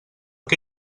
que